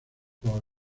por